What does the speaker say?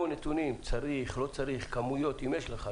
נתונים, האם צריך או לא צריך, כמויות, אם יש לך.